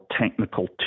technical